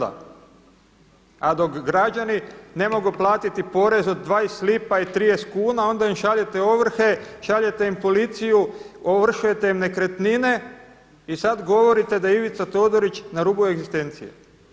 A dok građani ne mogu platiti porez od 20 lipa i 30 kuna onda im šaljete ovrhe, šaljete im policiju, ovršujete im nekretnine i sad govorite da Ivica Todorić na rubu egzistencije.